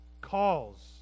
calls